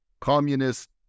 communist